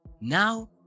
now